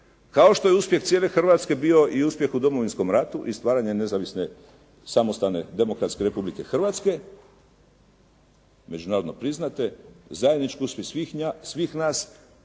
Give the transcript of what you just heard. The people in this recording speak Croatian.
Kao što je uspjeh cijele Hrvatske bio i uspjeh u Domovinskom ratu i stvaranje nezavisne, samostalne demokratske Republike Hrvatske, međunarodno priznate, zajedništvo svih nas,